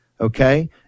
okay